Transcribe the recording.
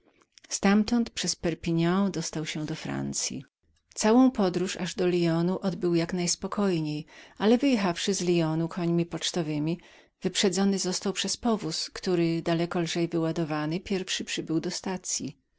ztamtąd przez perpignan dostał się do francyifrancyi całą podróż aż do lyonu odbył jak najspokojniej ale wyjechawszy z lyonu końmi pocztowemi wyprzedzony został przez powóz który daleko lżej wyładowany pierwszy przybył do stacyi